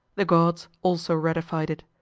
the gods also ratified it.